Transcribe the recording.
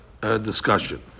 discussion